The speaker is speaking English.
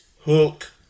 hook